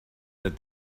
that